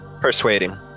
Persuading